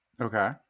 Okay